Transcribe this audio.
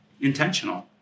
intentional